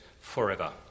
forever